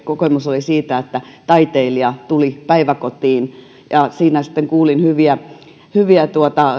kokemus siitä että taiteilija tuli päiväkotiin siinä sitten kuulin hyviä hyviä